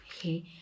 Okay